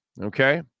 okay